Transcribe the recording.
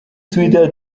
twitter